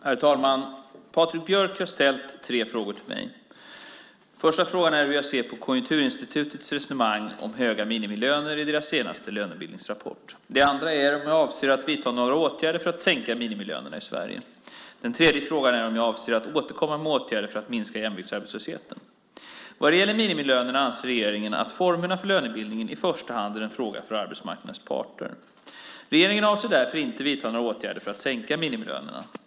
Herr talman! Patrik Björck har ställt tre frågor till mig. Den första frågan är hur jag ser på Konjunkturinstitutets resonemang om höga minimilöner i dess senaste lönebildningsrapport. Den andra frågan är om jag avser att vidta några åtgärder för att sänka minimilönerna i Sverige. Den tredje frågan är om jag avser att återkomma med åtgärder för att minska jämviktsarbetslösheten. Vad gäller minimilönerna anser regeringen att formerna för lönebildningen i första hand är en fråga för arbetsmarknadens parter. Regeringen avser därför inte att vidta några åtgärder för att sänka minimilönerna.